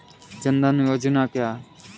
जनधन योजना क्या है?